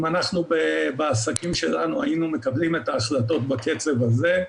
אם אנחנו בעסקים שלנו היינו מקבלים את ההחלטות בקצב הזה,